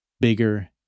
bigger